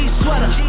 sweater